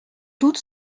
doute